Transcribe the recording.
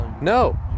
No